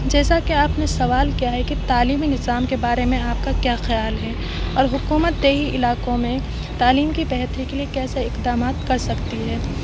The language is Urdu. جیسا کہ آپ نے سوال کیا ہے کہ تعلیمی نظام کے بارے میں آپ کا کیا خیال ہے اور حکومت دیہی علاقوں میں تعلیم کی بہتری کے لیے کیسے اقدامات کر سکتی ہے